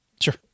Sure